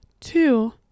Two